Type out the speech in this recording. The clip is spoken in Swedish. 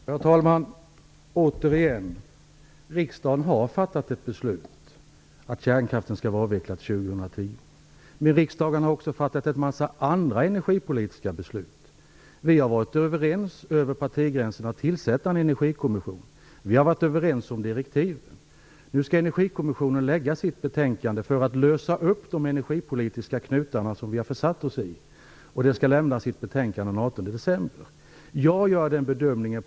Herr talman! Återigen: Riksdagen har fattat ett beslut om att kärnkraften skall vara avvecklad till år 2010, men riksdagen har också fattat en massa andra energipolitiska beslut. Vi har varit överens över partigränserna om att tillsätta en energikommission. Vi har varit överens om direktiven. Nu skall Energikommissionen lägga fram sitt betänkande för att de energipolitiska knutarna skall lösas upp. Detta betänkande skall läggas fram den 18 december.